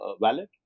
valid